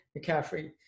McCaffrey